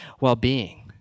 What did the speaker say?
well-being